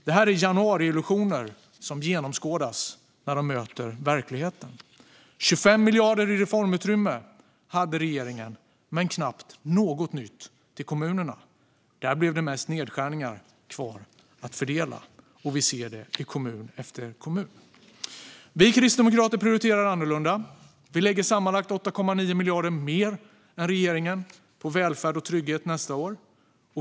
Detta är januariillusioner som genomskådas när de möter verkligheten. 25 miljarder i reformutrymme hade regeringen, men knappt något nytt till kommunerna. Där blev det mest nedskärningar kvar att fördela. Vi ser det i kommun efter kommun. Vi kristdemokrater prioriterar annorlunda. Vi lägger sammanlagt 8,9 miljarder mer än regeringen på välfärd och trygghet nästa år.